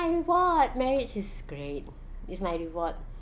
and what marriage is great is my reward